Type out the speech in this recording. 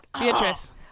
Beatrice